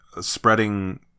spreading